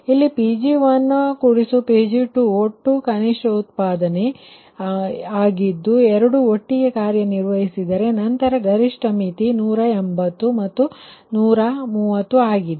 ಇಲ್ಲಿ Pg1Pg2 ಒಟ್ಟು ಕನಿಷ್ಠ ಉತ್ಪಾದನೆ 3222ಆಗಿದ್ದು ಎರಡೂ ಒಟ್ಟಿಗೆ ಕಾರ್ಯನಿರ್ವಹಿಸಿದರೆ ನಂತರದ ಗರಿಷ್ಠ ಮಿತಿ 180 ಮತ್ತು 130 ಆಗಿದೆ